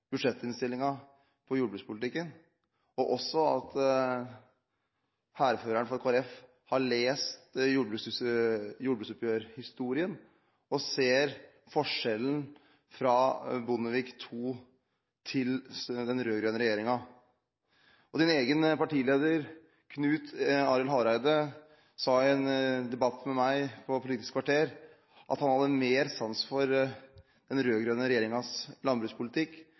jordbrukspolitikken, og at hærføreren for Kristelig Folkeparti har lest jordbruksoppgjørhistorien og ser forskjellen fra Bondevik II til den rød-grønne regjeringen. Din egen partileder, Knut Arild Hareide, sa i en debatt med meg på Politisk kvarter at han hadde mer sans for den rød-grønne regjeringens og Jens Stoltenbergs landbrukspolitikk